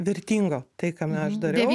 vertingo tai kame aš dariau